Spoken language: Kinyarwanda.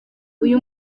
uyu